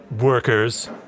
workers